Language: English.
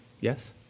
yes